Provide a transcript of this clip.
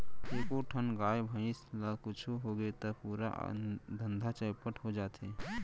एको ठन गाय, भईंस ल कुछु होगे त पूरा धंधा चैपट हो जाथे